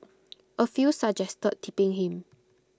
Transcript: A few suggested tipping him